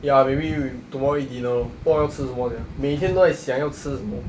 ya maybe we tomorrow eat dinner lor 不懂要吃什么 sia 每天都在想要吃什么